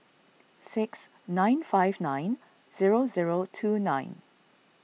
six nine five nine zero zero two nine